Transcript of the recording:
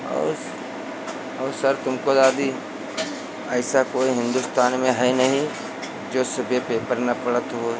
और और सर तुमको यदि ऐसा कोई हिन्दुस्तान में है नहीं जो सुबह पेपर न पढ़ता हो